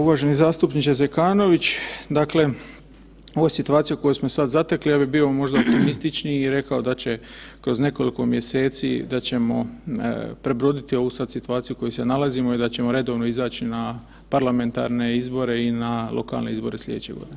Uvaženi zastupniče Zekanović, dakle u ovoj situaciji u kojoj smo se sad zatekli ja bi bio možda optimističniji i rekao da kroz nekoliko mjeseci, da ćemo prebroditi ovu sad situaciju u kojoj se nalazimo i da ćemo redovno izaći na parlamentarne i na lokalne izbore sljedeće godine.